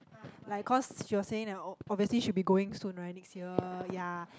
like cause she was saying that obviously she will be going soon right next year ya